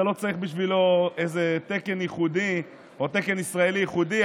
אתה לא צריך בשבילו איזה תקן ייחודי או תקן ישראלי ייחודי.